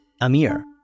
Amir